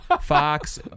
Fox